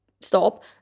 stop